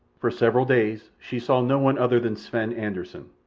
for several days she saw no one other than sven anderssen,